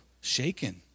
shaken